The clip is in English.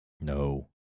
No